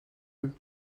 lieu